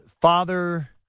Father